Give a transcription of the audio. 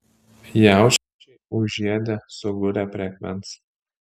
jaučiai užėdę sugulė prie akmens